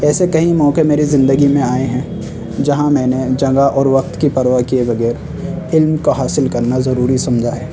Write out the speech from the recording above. ایسے کئی موقع میری زندگی میں آئے ہیں جہاں میں نے جگہ اور وقت کی پرواہ کیے بغیر علم کو حاصل کرنا ضروری سمجھا ہے